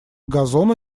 газону